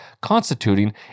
constituting